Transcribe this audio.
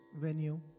venue